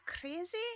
crazy